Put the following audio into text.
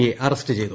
A arrest ചെയ്തു